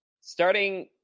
starting